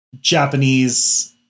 Japanese